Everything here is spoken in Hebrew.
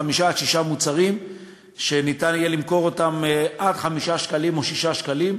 חמישה עד שישה מוצרים שניתן יהיה למכור אותם בעד 5 שקלים או 6 שקלים,